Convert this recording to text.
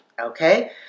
okay